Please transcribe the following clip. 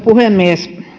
puhemies